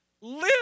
Live